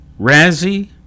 Razzie